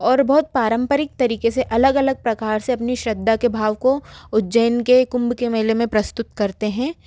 और बहुत पारम्परिक तरीके से अलग अलग प्रकार से अपनी श्रद्धा के भाव को उज्जैन के कुम्भ के मेले में प्रस्तुत करते हैं